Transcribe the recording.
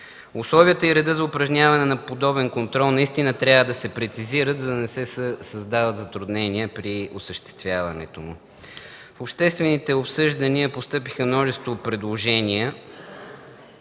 Условията и редът за упражняване на подобен контрол наистина трябва да се прецизират, за да не се създават затруднения при осъществяването му. В обществените обсъждания постъпиха множество предложения,